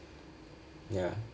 ya